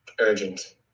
urgent